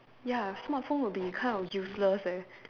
ya smartphone will be kind of useless leh